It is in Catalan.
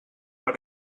per